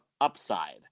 upside